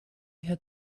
had